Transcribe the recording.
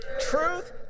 truth